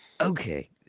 Okay